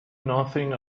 nothing